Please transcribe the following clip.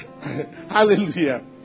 Hallelujah